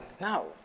No